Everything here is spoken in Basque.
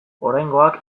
oraingoak